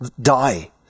die